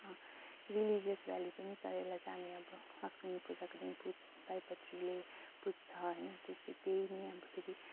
religious value पनि छ यसलाई चाहिँ हामी अब लक्ष्मीपूजाको दिन पू सयपत्रीले पुज्छ होइन त्यो चाहिँ त्यही नै अब फेरि